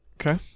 okay